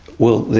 well,